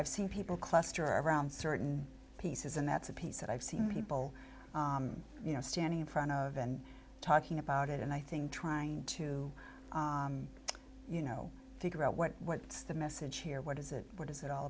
i've seen people cluster around certain pieces and that's a piece that i've seen people you know standing in front of and talking about it and i think trying to you know figure out what what's the message here what is it what is it all